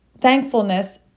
thankfulness